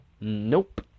Nope